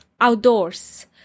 outdoors